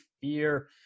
fear